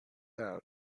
out